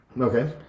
Okay